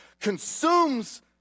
consumes